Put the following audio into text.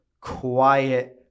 quiet